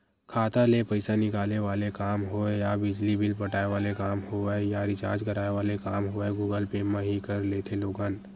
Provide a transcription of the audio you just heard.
खाता ले पइसा निकाले वाले काम होय या बिजली बिल पटाय वाले काम होवय या रिचार्ज कराय वाले काम होवय गुगल पे म ही कर लेथे लोगन